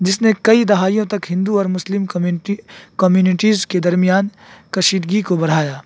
جس نے کئی دہائیوں تک ہندو اور مسلم کمیونٹی کمیونٹیز کے درمیان کشیدگی کو بڑھایا